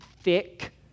thick